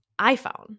iPhone